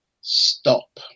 stop